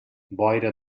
boira